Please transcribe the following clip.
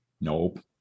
Nope